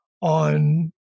on